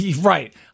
Right